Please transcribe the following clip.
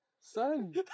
Son